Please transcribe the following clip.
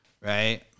right